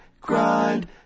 grind